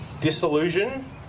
disillusion